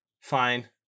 Fine